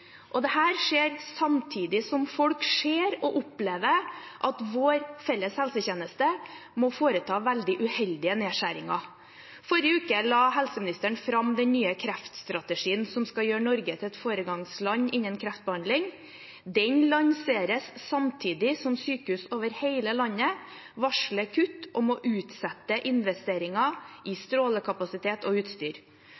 skjer samtidig med at folk ser og opplever at vår felles helsetjeneste må foreta veldig uheldige nedskjæringer. Forrige uke la helseministeren fram den nye kreftstrategien som skal gjøre Norge til et foregangsland innen kreftbehandling. Den lanseres samtidig som sykehus over hele landet varsler kutt og må utsette investeringer i